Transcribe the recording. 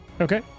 Okay